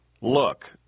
look